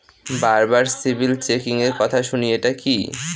বারবার সিবিল চেকিংএর কথা শুনি এটা কি?